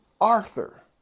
Arthur